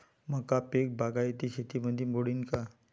मका पीक बागायती शेतीमंदी मोडीन का?